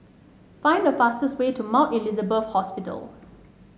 find the fastest way to Mount Elizabeth Hospital